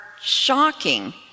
shocking